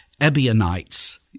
Ebionites